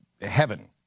heaven